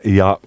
ja